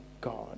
God